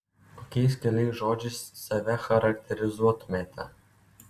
kokiais keliais žodžiais save charakterizuotumėte